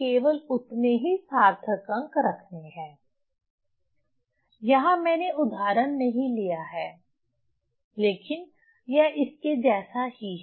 केवल उतने ही सार्थक अंक रखने हैं यहाँ मैंने उदाहरण नहीं लिखा है लेकिन यह इसके जैसा ही है